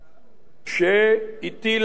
שהטילה הגבלות